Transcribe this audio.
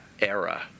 era